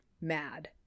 mad